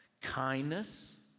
kindness